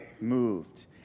moved